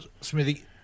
Smithy